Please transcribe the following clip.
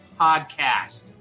podcast